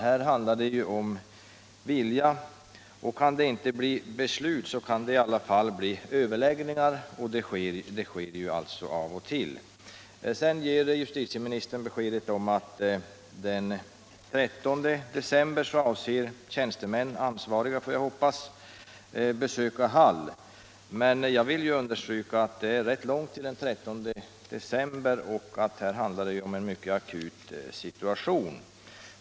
Här handlar det ju om vilja, och kan det inte bli beslut kan det i alla fall bli överläggningar. Sådana sker också av och till. Sedan ger justitieministern beskedet att den 13 december avser tjänstemän — ansvariga, får jag hoppas — att besöka Hall. Jag vill understryka att det är rätt långt till den 13 december och att det här rör sig om en mycket akut situation.